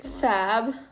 Fab